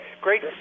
great